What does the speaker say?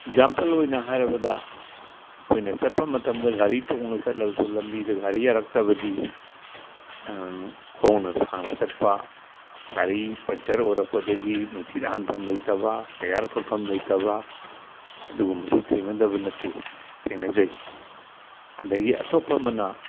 example ꯑꯣꯏꯅ ꯍꯥꯏꯔꯕꯗ ꯑꯩꯈꯣꯏꯅ ꯆꯠꯄ ꯃꯇꯝꯗ ꯒꯥꯔꯤ ꯇꯣꯡꯉꯒ ꯆꯠꯂꯒꯁꯨ ꯂꯝꯕꯤꯗ ꯒꯥꯔꯤ ꯌꯥꯔꯛꯇ꯭ꯔꯕꯗꯤ ꯈꯣꯡꯅ ꯁꯥꯡꯅ ꯆꯠꯄ ꯒꯥꯔꯤ ꯄꯟꯆꯔ ꯑꯣꯏꯔꯛꯄꯗꯒꯤ ꯅꯨꯡꯁꯤꯠ ꯍꯥꯟꯐꯝ ꯂꯩꯇꯕ ꯇꯌꯥꯔ ꯐꯣꯠꯐꯝ ꯂꯩꯇꯕ ꯑꯗꯨꯒꯨꯝꯕꯁꯨ ꯊꯦꯡꯅꯗꯕ ꯅꯠꯇꯦ ꯊꯦꯡꯅꯖꯩ ꯑꯗꯒꯤ ꯑꯇꯣꯞꯄ ꯑꯃꯅ